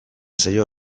zaio